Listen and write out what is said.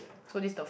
so this the f~